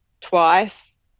twice